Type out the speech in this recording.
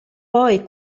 poi